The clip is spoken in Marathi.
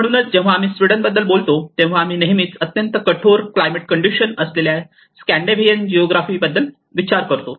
म्हणून जेव्हा आम्ही स्वीडनबद्दल बोलतो तेव्हा आम्ही नेहमीच अत्यंत कठोर क्लायमेट कंडिशन असलेल्या स्कँडिनेव्हियन जिओग्राफी बद्दल विचार करतो